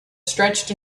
stretched